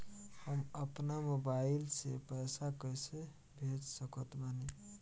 हम अपना मोबाइल से पैसा कैसे भेज सकत बानी?